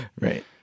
Right